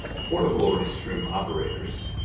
portable restroom operators.